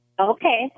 Okay